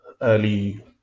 early